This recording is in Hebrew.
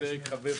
פרק תחילה.